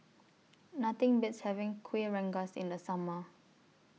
Nothing Beats having Kuih Rengas in The Summer